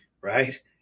Right